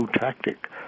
tactic